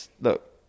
look